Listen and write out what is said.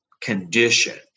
condition